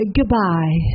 Goodbye